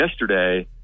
yesterday